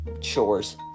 chores